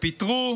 פיטרו